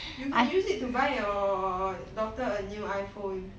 you can use it to buy your daughter a new iPhone